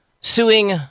suing